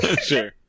Sure